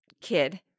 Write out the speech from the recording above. kid